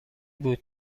بود